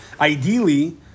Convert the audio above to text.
ideally